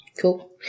Cool